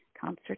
concert